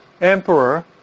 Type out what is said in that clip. emperor